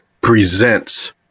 presents